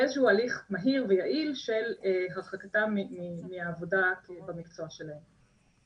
שיהיה איזשהו הליך מהיר ויעיל של הרחקתם מהעבודה במקצוע שלהם.